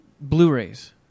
Blu-rays